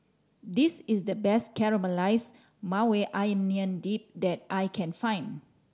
this is the best Caramelized Maui Onion Dip that I can find